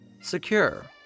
Secure